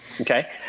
Okay